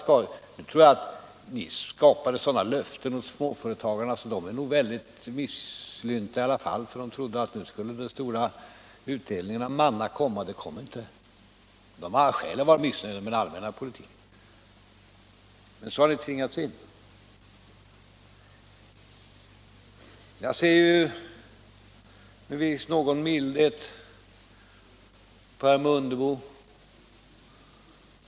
Ni gav småföretagarna sådana löften att de är väldigt misslynta i alla fall. De trodde att nu skulle den stora utdelningen av manna komma, men den kom inte. De har alla skäl att vara missnöjda med den allmänna politik som ni har tvingats in i. Jag ser med någon mildhet på herr Mundebo.